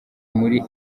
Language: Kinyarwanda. muri